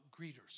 greeters